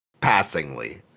passingly